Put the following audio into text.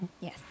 Yes